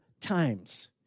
times